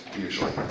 usually